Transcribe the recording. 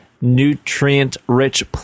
nutrient-rich